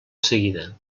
seguida